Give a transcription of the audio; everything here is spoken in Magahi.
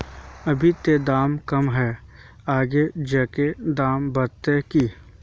अभी ते दाम कम है आगे जाके दाम बढ़ते की?